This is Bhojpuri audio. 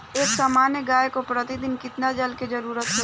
एक सामान्य गाय को प्रतिदिन कितना जल के जरुरत होला?